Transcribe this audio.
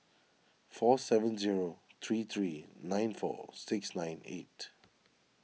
four seven zero three three nine four six nine eight